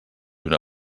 una